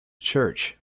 church